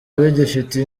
abagifite